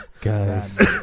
Guys